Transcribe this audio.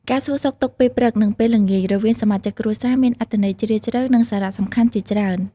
ការសួរសុខទុក្ខពេលព្រឹក និងពេលល្ងាចរវាងសមាជិកគ្រួសារមានអត្ថន័យជ្រាលជ្រៅ និងសារៈសំខាន់ជាច្រើន។